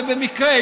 ובמקרה,